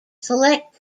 select